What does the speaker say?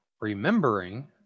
Remembering